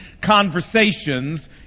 conversations